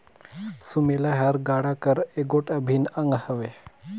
सुमेला हर गाड़ा कर एगोट अभिन अग हवे